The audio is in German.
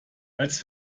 als